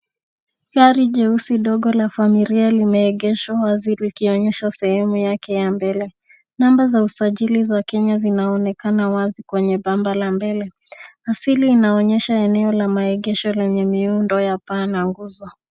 Gari jeusi dogo la familia limeegeshwa wazi likionyesha sehemu yake ya mbele. Namba za usajili za Kenya zinaonekana wazi kwenye bumper la mbele. Asili inaonyesha eneo la maegesho lenye miundo ya paa na nguzo.